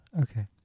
Okay